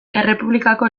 errepublikako